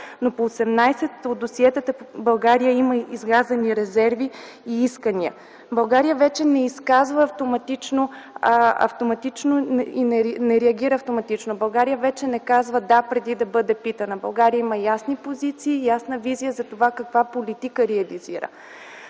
но по 18 от досиетата България има изказани резерви и искания. България вече не се изказва автоматично и не реагира автоматично. България вече не казва „Да!”, преди да бъде питана. Благодаря има ясна позиция и ясна визия за това каква политика реализира.